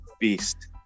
beast